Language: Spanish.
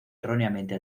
erróneamente